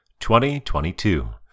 2022